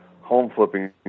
home-flipping